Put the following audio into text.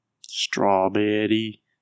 Strawberry